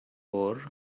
wore